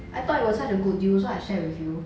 I thought it was such a good deal so I share with you